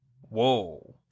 Whoa